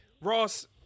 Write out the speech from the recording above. Ross